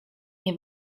nie